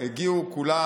לא רק עניים, הגיעו כולם.